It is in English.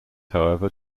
however